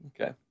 Okay